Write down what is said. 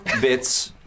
bits